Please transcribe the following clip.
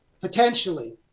potentially